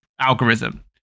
algorithm